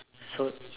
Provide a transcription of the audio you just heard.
so